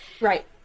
right